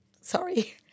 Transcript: Sorry